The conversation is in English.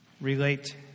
relate